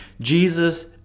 Jesus